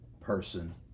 person